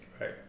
right